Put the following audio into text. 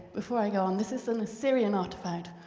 before i go on, this is an assyrian artifact,